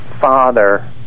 father